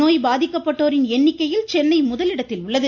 நோய் பாதிக்கப்பட்டோரின் எண்ணிக்கையில் சென்னை முதலிடத்தில் உள்ளது